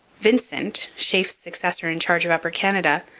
vincent, sheaffe's successor in charge of upper canada,